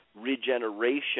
regeneration